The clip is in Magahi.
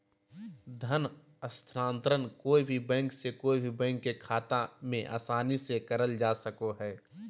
धन हस्तान्त्रंण कोय भी बैंक से कोय भी बैंक के खाता मे आसानी से करल जा सको हय